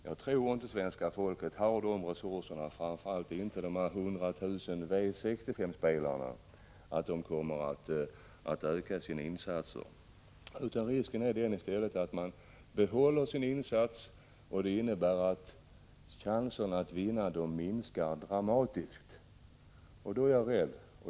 Jag tror inte att svenska folket har de resurserna, framför allt inte de hundra tusen V65-spelarna, så att de kommer att kunna öka sina insatser. Risken är att man behåller sin insats, och det innebär att chanserna att vinna minskar dramatiskt.